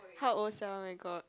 how old sia my god